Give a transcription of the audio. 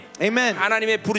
Amen